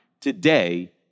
Today